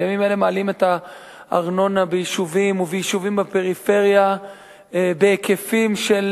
בימים אלה מעלים את הארנונה ביישובים וביישובים בפריפריה בהיקפים של,